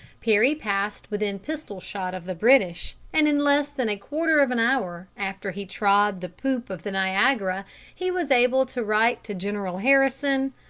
perry passed within pistol-shot of the british, and in less than a quarter of an hour after he trod the poop of the niagara he was able to write to general harrison,